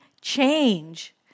change